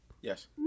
Yes